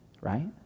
right